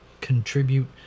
contribute